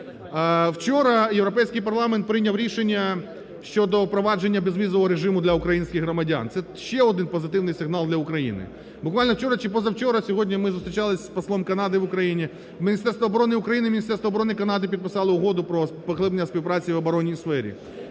Вчора Європейський парламент прийняв рішення щодо впровадження безвізового режиму для українських громадян, це ще один позитивний сигнал для України. Буквально вчора чи позавчора, сьогодні ми зустрічалися з послом Канади в Україні. Міністерство оборони України і Міністерство оборони Канади підписали Угоду про поглиблення співпраці і в оборонній сфері.